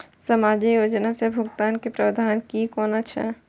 सामाजिक योजना से भुगतान के प्रावधान की कोना छै?